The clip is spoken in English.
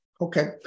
Okay